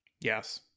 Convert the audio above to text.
Yes